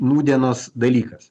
nūdienos dalykas